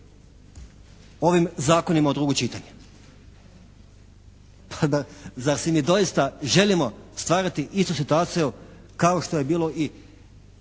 ovim zakonima u drugo čitanje. Pa zar si mi doista želimo stvarati istu situaciju kao što je bilo i